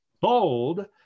bold